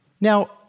Now